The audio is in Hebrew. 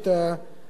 צר לי על כך,